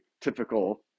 typical